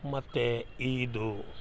ಮತ್ತು ಈದು